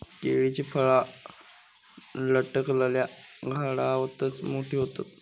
केळीची फळा लटकलल्या घडातच मोठी होतत